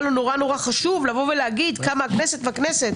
מאוד חשוב לבוא ולהגיד כמה עושה הכנסת והכנסת.